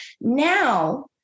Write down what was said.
Now